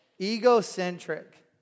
egocentric